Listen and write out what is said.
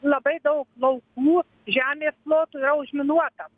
labai daug laukų žemės plotų yra užminuota